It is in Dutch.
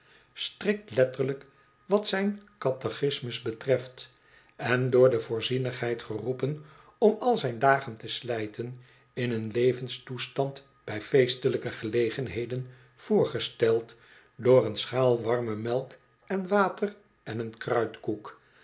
strikt letterlijk wat zijn catechismus betreft en door de voorzienigheid geroepen om al zijn dagen te slijten in een levenstoestand bij feestelijke gelegenheden voorgesteld door een schaal warme melk en water en een